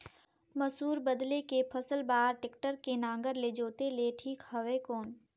मसूर बदले के फसल बार टेक्टर के नागर ले जोते ले ठीक हवय कौन?